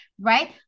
right